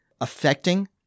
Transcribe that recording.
affecting